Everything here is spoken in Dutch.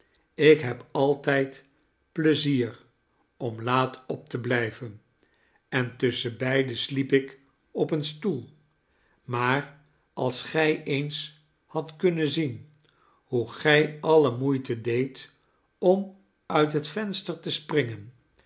ik heb altijd pleizier om laat op te blijven en tusschenbeide sliep ik op een stoel maar als gij eens hadt kunnen zien hoe gij alle moeite deedt om uit het venster te springen